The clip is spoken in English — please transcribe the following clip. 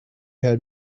had